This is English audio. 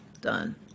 done